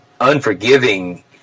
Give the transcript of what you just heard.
unforgiving